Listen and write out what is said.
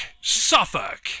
Suffolk